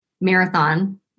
marathon